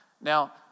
Now